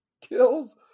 kills